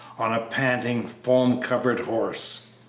on a panting, foam-covered horse.